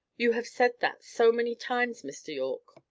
you have said that so many times, mr. yorke.